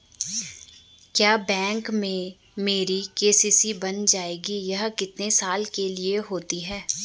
क्या बैंक में मेरी के.सी.सी बन जाएगी ये कितने साल के लिए होगी?